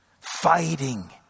fighting